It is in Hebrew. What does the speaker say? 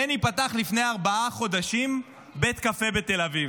בני פתח לפני ארבעה חודשים בית קפה בתל אביב.